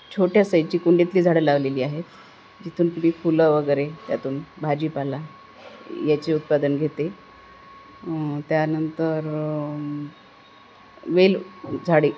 छोट्या साइजची कुंडीतली झाडं लावलेली आहेत जिथून की फुलं वगैरे त्यातून भाजीपाला याचे उत्पादन घेते त्यानंतर वेल झाडे